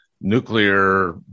nuclear